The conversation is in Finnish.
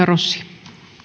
rouva